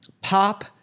pop